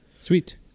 sweet